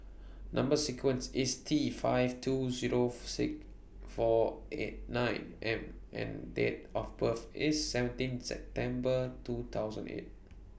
Number sequence IS T five two Zero six four eight nine M and Date of birth IS seventeen September two thousand eight